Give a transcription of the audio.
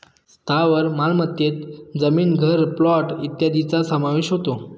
स्थावर मालमत्तेत जमीन, घर, प्लॉट इत्यादींचा समावेश होतो